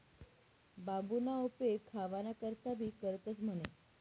बांबूना उपेग खावाना करता भी करतंस म्हणे